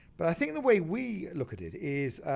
but i think the way we look at it is